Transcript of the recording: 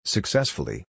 Successfully